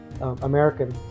American